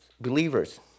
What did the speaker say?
believers